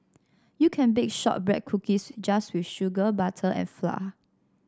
you can bake shortbread cookies just with sugar butter and flour